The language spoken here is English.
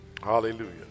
Hallelujah